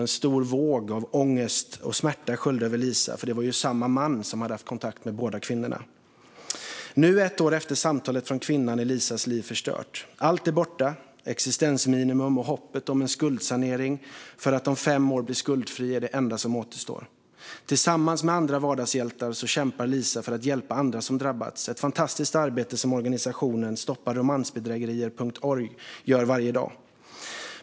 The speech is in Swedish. En stor våg av ångest och smärta sköljde över Lisa. Det var ju samma man som hade haft kontakt med båda kvinnorna. Nu ett år efter samtalet från kvinnan är Lisas liv förstört. Allt är borta. Hon lever på existensminimum, och hoppet om att med skuldsanering bli skuldfri om fem år är det enda som återstår. Tillsammans med andra vardagshjältar kämpar Lisa för att hjälpa andra som har drabbats. Det är ett fantastiskt arbete som stödföreningen Stoppa Romansbedrägerier gör varje dag.